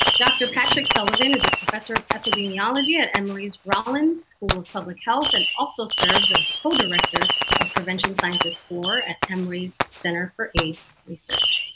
dr. patrick sullivan is a professor of epidemiology at emory's rollins school of public health and also serves as co-director of prevention sciences for emory's center for aids research.